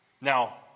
Now